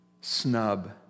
snub